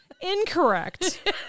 incorrect